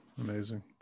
Amazing